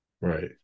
Right